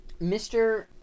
mr